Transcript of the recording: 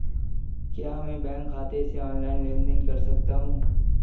क्या मैं बैंक खाते से ऑनलाइन लेनदेन कर सकता हूं?